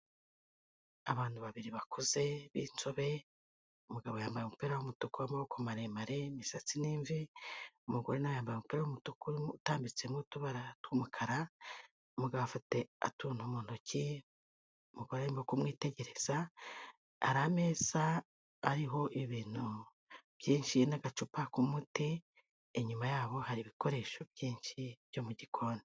Abantu babiri bakuze b'inzobe, umugabo yambaye umupira w'umutuku w'amaboko maremare imisatsi ni imvi, umugore na we yambaye w'umutuku utambitsemo utubara tw'umukara, umugabo afite utuntu mu ntoki umugore arimo kumwitegereza, hari ameza ariho ibintu byinshi n'agacupa k'umuti, inyuma yabo hari ibikoresho byinshi byo mu gikoni.